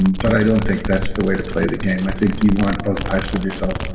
but i don't think that's the way to play the game. i think you want both pipes of yourself.